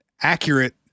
accurate